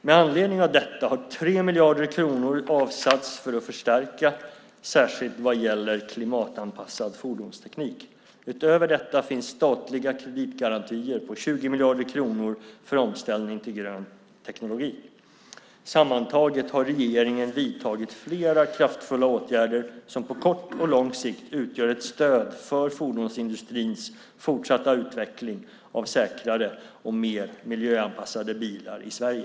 Med anledning av detta har 3 miljarder kronor avsatts för att förstärka industrin, särskilt vad gäller klimatanpassad fordonsteknik. Utöver detta finns statliga kreditgarantier på 20 miljarder kronor för omställning till grön teknologi. Sammantaget har regeringen vidtagit flera kraftfulla åtgärder som på kort och lång sikt utgör ett stöd för fordonsindustrins fortsatta utveckling av säkrare och mer miljöanpassade bilar i Sverige.